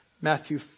Matthew